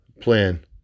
plan